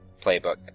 playbook